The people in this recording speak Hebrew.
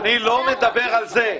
אני לא מדבר על זה.